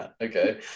okay